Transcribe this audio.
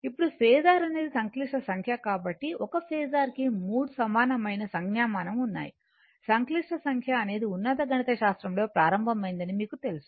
ఇప్పుడు ఫేసర్ అనేది సంక్లిష్ట సంఖ్య కాబట్టి ఒక ఫేసర్ కి మూడు సమానమైన సంజ్ఞామానం ఉన్నాయి సంక్లిష్ట సంఖ్య అనేది ఉన్నత గణితం శాస్త్రం లో ప్రారంభమైందని మీకు తెలుసు